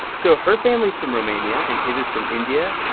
so her family's from romania, and his is from india.